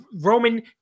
Roman